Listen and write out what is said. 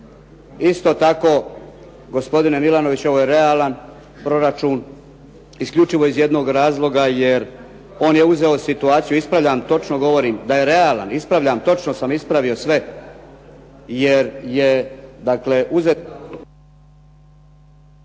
Isto tako gospodine Milanoviću ovo je realan proračun, isključivo iz jednog razloga jer on je uzeo situaciju, ispravljam, točno govorim da je realan. Ispravljam, točno sam ispravio sve. Jer je uzet ...